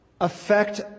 affect